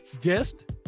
guest